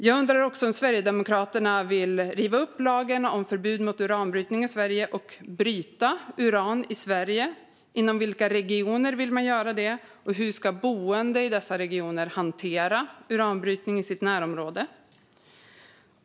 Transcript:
Jag undrar också om Sverigedemokraterna vill riva upp lagen om förbud mot uranbrytning i Sverige och bryta uran i Sverige. Inom vilka regioner vill man göra det? Hur ska boende i dessa regioner hantera uranbrytning i sitt närområde?